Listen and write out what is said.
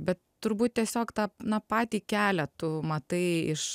bet turbūt tiesiog tą na patį kelią tu matai iš